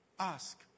ask